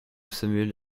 samuel